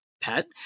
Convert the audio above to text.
pet